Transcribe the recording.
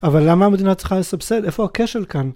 אבל למה המדינה צריכה לסבסד? איפה הכשל כאן?